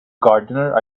gardener